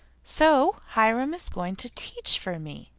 so hiram is going to teach for me.